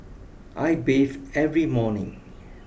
I bathe every morning